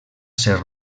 ser